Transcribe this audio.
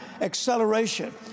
acceleration